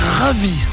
ravi